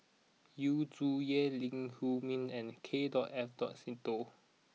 Yu Zhuye Lee Huei Min and K dot F dot Seetoh